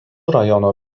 rajono